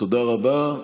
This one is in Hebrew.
תודה רבה.